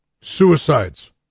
suicides